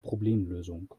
problemlösung